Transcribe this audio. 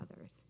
others